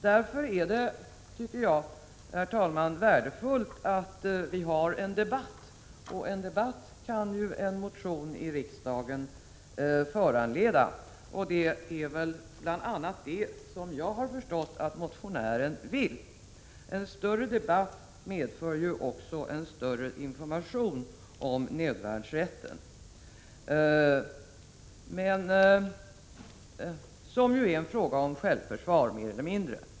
Därför tycker jag, herr talman, att det är värdefullt att det förs en debatt, och en debatt kan en motion i riksdagen föranleda. Det är bl.a. det som jag har förstått att motionären vill. En större debatt medför också en större information om nödvärnsrätten, som mer eller mindre är en fråga om självförsvar.